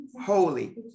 holy